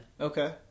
Okay